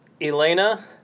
Elena